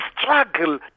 struggle